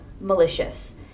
malicious